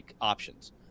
options